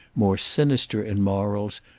more sinister in morals,